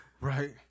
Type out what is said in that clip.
right